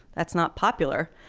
that's not popular,